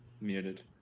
Muted